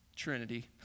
trinity